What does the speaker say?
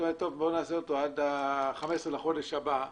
אומרת שנעשה אותו עד ה-15 בחודש הבא,